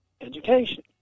education